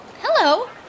Hello